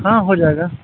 ہاں ہو جائے گا